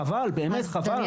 חבל, באמת חבל.